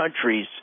countries